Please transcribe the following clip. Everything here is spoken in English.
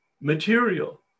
material